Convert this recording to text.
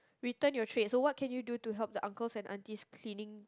return your trays so what can you do to help the uncles and aunties cleaning